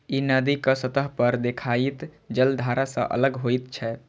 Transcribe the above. ई नदीक सतह पर देखाइत जलधारा सं अलग होइत छै